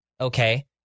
okay